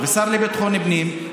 השר לביטחון פנים,